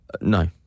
No